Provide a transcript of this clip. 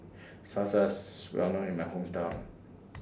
Salsa IS Well known in My Hometown